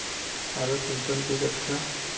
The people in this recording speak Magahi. आलूर कुंसम बीज अच्छा?